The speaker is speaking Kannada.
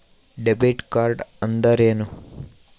ಡೆಬಿಟ್ ಕಾರ್ಡ್ಅಂದರೇನು?